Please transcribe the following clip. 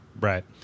right